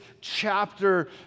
chapter